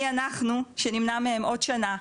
מי אנחנו שנמנע מהן עוד שנה,